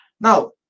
Now